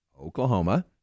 Oklahoma